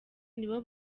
nibo